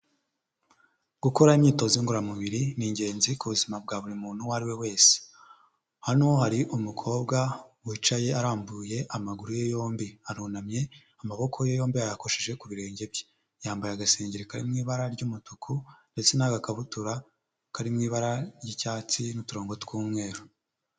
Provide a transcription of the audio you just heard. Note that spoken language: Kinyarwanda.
Gukora imyitozo ngoramubiri, ni ingenzi ku buzima bwa buri muntu uwo ari we wese, hano hari umukobwa wicaye arambuye amaguru ye yombi. Arunamye amaboko yombi yayakojeje ku birenge bye. Yambaye agasengeri kari mu ibara ry'umutuku, ndetse n'agakabutura karirimo ibara ry'icyatsi n'uturongo tw'umweru.